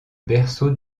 berceau